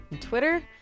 Twitter